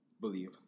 believe